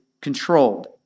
controlled